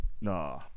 Nah